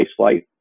spaceflight